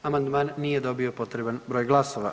Amandman nije dobio potreban broj glasova.